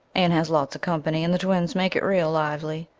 anne has lots of company and the twins make it real lively.